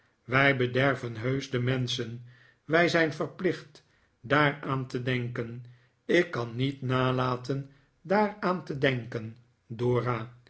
wij bederven heusch de menschen wij zijn verplicht daaraan te denken ik kan niet nalaten daaraan te denken dora